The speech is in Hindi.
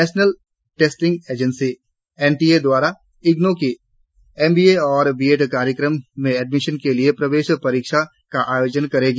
national testing agency N T A द्वारा इग्नों की एनबीए और बी एड कार्यक्रम में एडमिशन के लिए प्रवेश परीक्षा का आयोजन करेगी